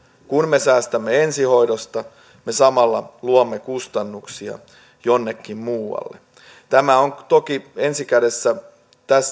kun me säästämme ensihoidosta me samalla luomme kustannuksia jonnekin muualle tämä on toki ensi kädessä